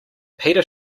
peter